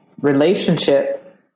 relationship